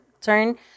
turn